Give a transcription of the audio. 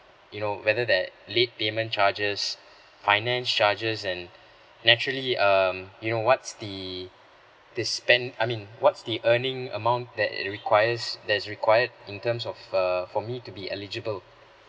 you know whether that late payment charges finance charges and naturally um you know what's the this spend I mean what's the earning amount that it requires that's required in terms of uh for me to be eligible